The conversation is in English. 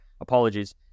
apologies